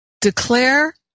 Declare